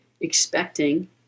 expecting